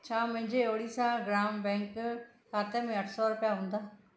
छा मुंहिंजे ओडिसा ग्राम बैंक खाते में अठ सौ रुपिया हूंदा